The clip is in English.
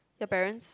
your parents